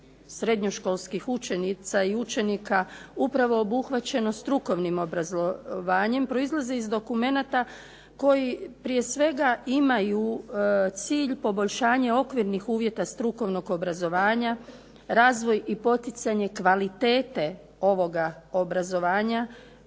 srednjoškolskih učenica i učenika upravo obuhvaćeno strukovnim obrazovanjem, proizlazi iz dokumenata koji prije svega imaju cilj poboljšanja okvirnih uvjeta strukovnog obrazovanja, razvoj i poticanje kvalitete ovoga obrazovanja.